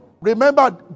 remember